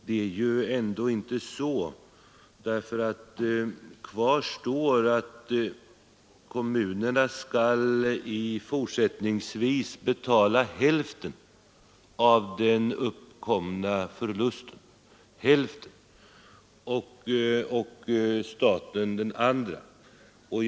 Det förhåller sig i varje fall inte så, ty kvar står att kommunerna fortsättningsvis skall betala hälften av den uppkomna förlusten och staten den andra hälften.